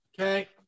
Okay